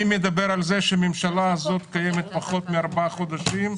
אני מדבר על זה שהממשלה הזאת קיימת פחות מארבעה חודשים,